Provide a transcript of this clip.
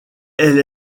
elle